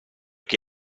che